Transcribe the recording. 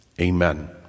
amen